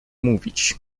mówić